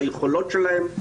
ביכולות שלהם,